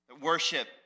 Worship